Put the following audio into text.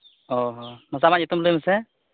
ᱚ ᱧᱩᱛᱩᱢ ᱞᱟᱹᱭ ᱢᱮᱥᱮ